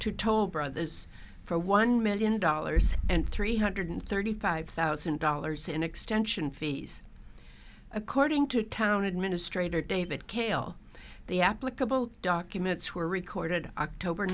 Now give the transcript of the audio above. to toll brothers for one million dollars and three hundred thirty five thousand dollars in extension fees according to town administrator david cale the applicable documents were recorded october